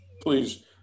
Please